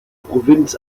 provinz